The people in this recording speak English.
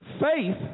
Faith